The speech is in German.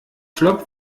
flop